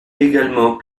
également